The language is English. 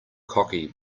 cocky